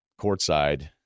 courtside